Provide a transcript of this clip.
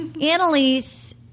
annalise